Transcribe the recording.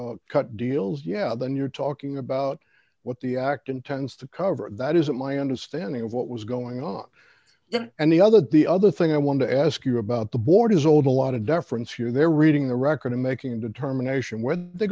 to cut deals yeah then you're talking about what the act intends to cover that isn't my understanding of what was going on and the other the other thing i want to ask you about the board is old a lot of deference here they're reading the record and making a determination when they